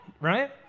right